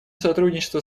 сотрудничество